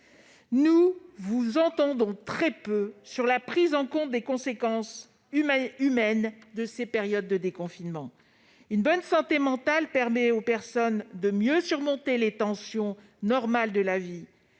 nous vous entendons très peu sur la prise en compte des conséquences humaines de ces périodes de confinement. Une bonne santé mentale permet aux personnes de mieux surmonter les tensions normales de la vie,